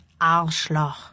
Arschloch